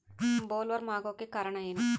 Bollworm ಆಗೋಕೆ ಕಾರಣ ಏನು?